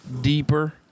deeper